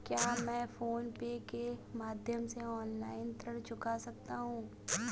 क्या मैं PhonePe के माध्यम से ऑनलाइन ऋण चुका सकता हूँ?